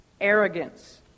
Arrogance